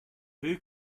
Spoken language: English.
who